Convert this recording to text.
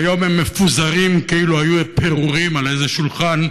והיום הם מפוזרים כאילו היו פירורים על איזה שולחן,